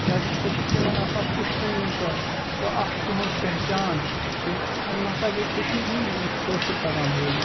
کیٛازِکہِ سۄ چھِ تِمَن آسان پُشتٲنی سۄ سۄ اَکھ تِہنٛز پہچان کہِ یِم ہَسا گٔے کٔشیٖر ہِنٛدۍ یِمَن چھُ کٲشُر تَگان بولُن